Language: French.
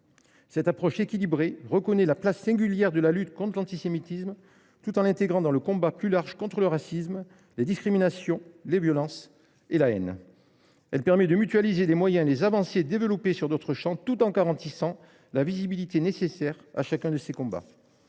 Cette approche équilibrée reconnaît la place singulière de la lutte contre l’antisémitisme tout en l’inscrivant dans le combat, plus large, contre le racisme, les discriminations, les violences et la haine. Elle permet de mutualiser les moyens et les avancées obtenus dans d’autres champs tout en garantissant la visibilité nécessaire à chacun de ces combats.